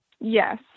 Yes